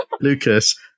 Lucas